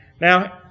Now